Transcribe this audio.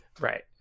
right